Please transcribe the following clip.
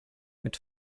mit